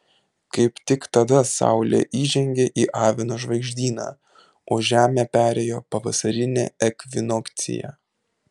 kaip tik tada saulė įžengė į avino žvaigždyną o žemė perėjo pavasarinę ekvinokciją